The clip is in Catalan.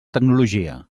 tecnologia